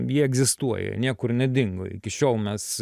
jie egzistuoja niekur nedingo iki šiol mes